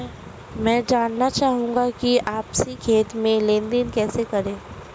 मैं जानना चाहूँगा कि आपसी खाते में लेनदेन कैसे करें?